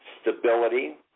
stability